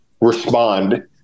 respond